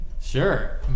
sure